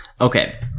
Okay